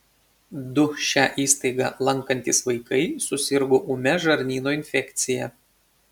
du šią įstaigą lankantys vaikai susirgo ūmia žarnyno infekcija